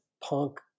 punk